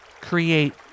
Create